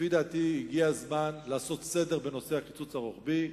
לפי דעתי הגיע הזמן לעשות סדר בנושא הקיצוץ הרוחבי.